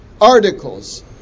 articles